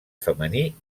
femení